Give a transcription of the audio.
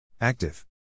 Active